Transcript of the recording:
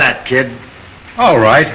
that kid oh right